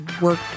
work